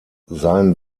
sein